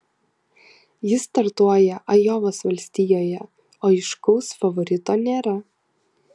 jis startuoja ajovos valstijoje o aiškaus favorito nėra